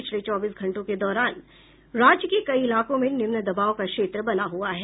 पिछले चौबीस घंटों के दौरान राज्य के कई इलाकों में निम्न दबाव का क्षेत्र बना हुआ है